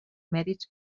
mèrits